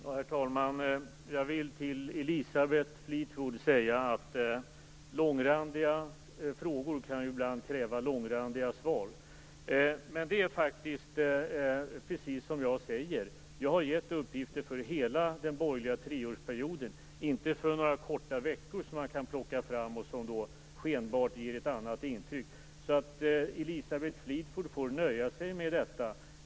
Herr talman! Jag vill till Elisabeth Fleetwood säga att långrandiga frågor ibland kan kräva långrandiga svar. Men det är faktiskt precis så som jag säger. Jag har gett uppgifter för hela den borgerliga treårsperioden, inte för några få veckor som man kan plocka fram och som skenbart ger ett annat intryck. Elisabeth Fleetwood får alltså nöja sig med detta.